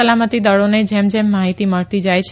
સલામતી દળોને જેમ જેમ માહિતી મળતી જાય છે